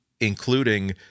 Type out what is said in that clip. including